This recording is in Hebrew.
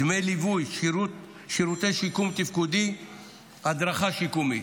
דמי ליווי, שירותי שיקום תפקודי והדרכה שיקומית.